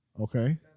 Okay